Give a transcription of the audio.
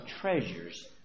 treasures